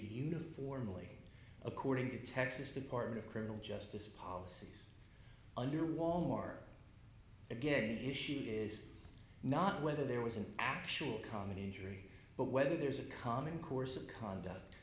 uniformly according to the texas department of criminal justice policies under wal mart again if she is not whether there was an actual common injury but whether there's a common course of conduct